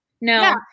No